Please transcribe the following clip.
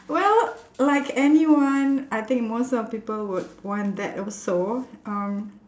well like anyone I think most of people would want that also um